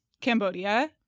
Cambodia